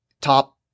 Top